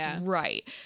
Right